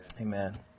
Amen